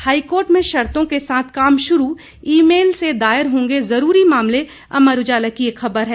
high court में शर्तों के साथ काम शुरू ईमेल से दायर होंगे जरूरी मामले अमर उजाला की एक खबर है